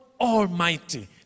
almighty